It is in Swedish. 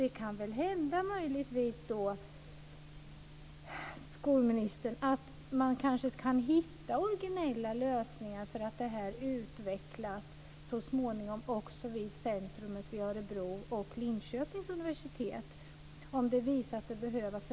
Det kan väl möjligtvis hända, skolministern, att man kan hitta originella lösningar för att det här så småningom ska utvecklas också vid centrumen i Örebro och Linköpings universitet, om det visar sig behövas.